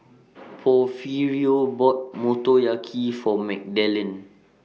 Porfirio bought Motoyaki For Magdalen